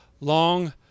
long